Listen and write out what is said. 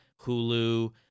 Hulu